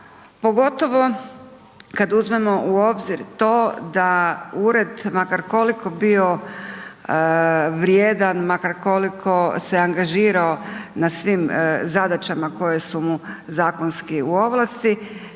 pogotovo kad uzmemo u obzir to da ured makar koliko bio vrijedan, makar koliko se angažirao na svim zadaćama koje su mu zakonski u ovlasti,